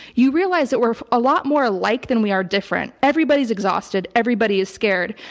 you realize that we're a lot more like than we are different. everybody's exhausted, everybody is scared.